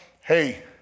Hey